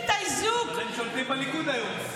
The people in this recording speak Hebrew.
אבל הם שולטים בליכוד היום.